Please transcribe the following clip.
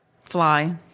Fly